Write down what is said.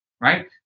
right